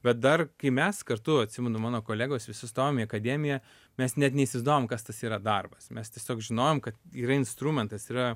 bet dar kai mes kartu atsimenu mano kolegos visi stojom į akademiją mes net neįsivaizdovom kas tas yra darbas mes tiesiog žinojom kad yra instrumentas yra